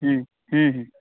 हूँ हूँ हूँ